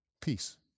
Peace